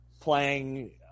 playing